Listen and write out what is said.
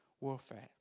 warfare